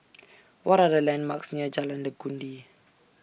What Are The landmarks near Jalan Legundi